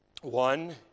One